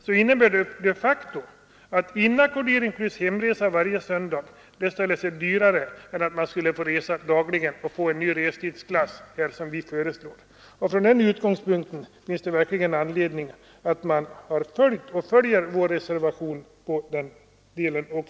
Det innebär de facto att inackordering plus hemresa varje söndag ställer sig dyrare än hemresa varje dag enligt en ny restidsklass, som vi föreslår. Ur den synpunkten finns det verkligen anledning för kammaren att biträda vår reservation nr 12.